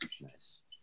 Nice